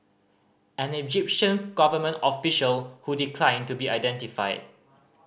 an Egyptian government official who declined to be identified